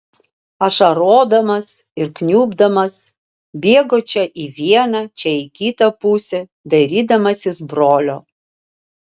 ašarodamas ir kniubdamas bėgo čia į vieną čia į kitą pusę dairydamasis brolio